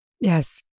Yes